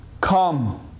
come